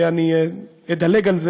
אני אדלג על זה,